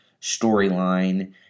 storyline